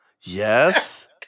Yes